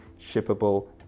shippable